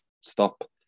stop